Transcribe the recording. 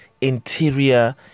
interior